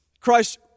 Christ